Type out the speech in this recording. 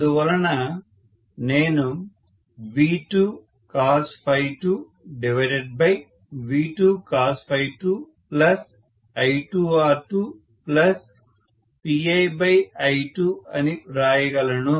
అందువలన నేను V2cos2V2cos2I2R2PiI2 అని వ్రాయగలను